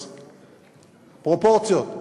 אז פרופורציות.